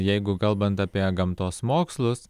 jeigu kalbant apie gamtos mokslus